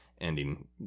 ending